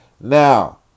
Now